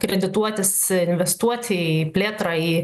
kredituotis investuoti į plėtrą į